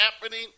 happening